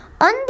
On